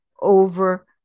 over